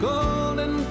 Golden